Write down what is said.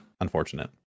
Unfortunate